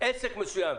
עסק מסוים.